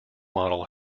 model